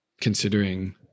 considering